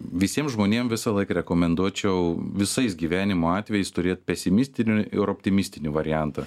visiem žmonėm visąlaik rekomenduočiau visais gyvenimo atvejais turėt pesimistinių ir optimistinių variantą